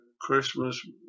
Christmas